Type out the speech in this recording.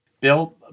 Bill